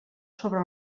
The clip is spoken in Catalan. sobre